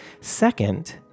Second